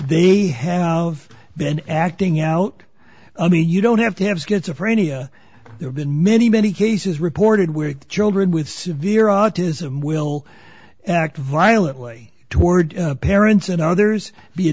they have been acting out i mean you don't have to have schizophrenia there have been many many cases reported where children with severe autism will act violently toward parents and others be a